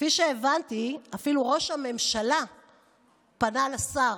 כפי שהבנתי, אפילו ראש הממשלה פנה לשר.